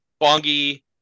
Bongi